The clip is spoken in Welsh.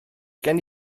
gen